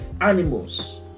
animals